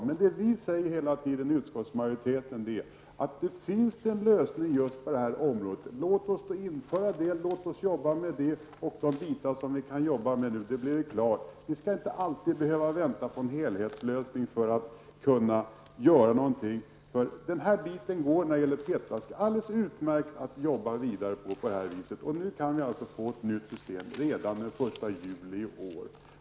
Men vad vi i utskottsmajoriteten säger hela tiden är att finns det en lösning just på det här området, låt oss då arbeta med den. Vi skall inte alltid behöva vänta på en helhetslösning för att kunna göra någonting. När det gäller PET-flaskan går det alldeles utmärkt att jobba vidare. Nu kan vi alltså få ett nytt system redan den 1 juli i år.